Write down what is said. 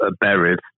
buried